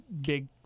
big